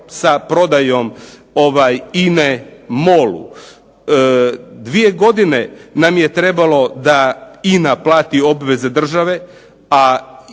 sa prodajom INA-e MOL-u. Dvije godine nam je trebalo da INA plati obveze države,